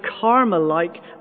karma-like